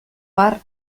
har